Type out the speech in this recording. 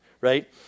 right